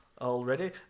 already